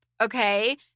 Okay